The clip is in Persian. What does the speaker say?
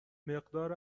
مقدار